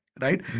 right